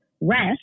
rest